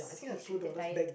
restricted diet